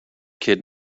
kid